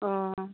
অঁ